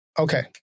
Okay